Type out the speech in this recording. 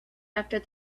after